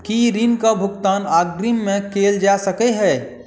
की ऋण कऽ भुगतान अग्रिम मे कैल जा सकै हय?